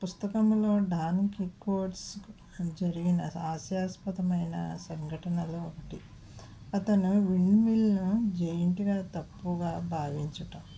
పుస్తకంలో డాన్ డి కోడ్స్ జరిగిన రాశాశ్వతమైన సంఘటనలో ఒకటి అతను విండ్ మిల్లును జాయింట్గా తప్పుగా భావించటం